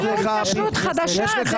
זו לא התקשרות חדשה.